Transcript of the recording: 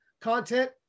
content